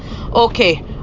Okay